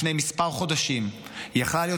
לפני מספר חודשים היא יכלה להיות,